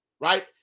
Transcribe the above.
right